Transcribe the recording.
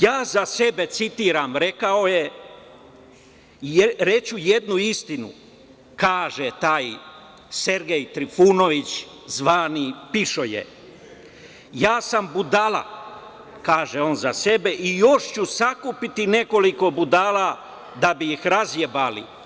Ja za sebe, citiram, rekao je, reći ću jednu istinu, kaže taj Sergej Trifunović, zvani „pišoje“, ja sam budala, kaže on za sebe, i još ću sakupiti nekoliko budala da bi ih razjebali.